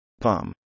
Palm